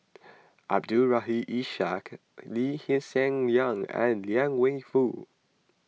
Abdul Rahim Ishak Lee Hsien Yang and Liang Wenfu